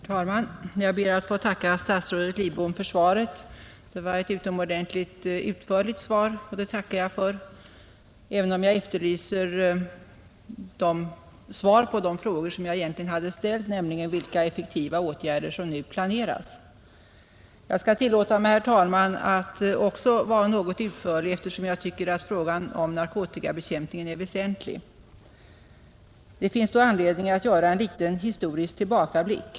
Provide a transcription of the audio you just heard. Herr talman! Jag ber att få tacka statsrådet Lidbom för svaret. Det var ett utomordentligt utförligt svar och det tackar jag för, även om jag efterlyser svar på den fråga som jag egentligen hade ställt, nämligen vilka effektiva åtgärder som nu planeras. Jag skall tillåta mig, herr talman, att också vara något utförlig, eftersom jag tycker att frågan om narkotikabekämpningen är väsentlig. Det finns då anledning att göra en liten historisk tillbakablick.